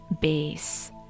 base